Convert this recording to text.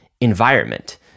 environment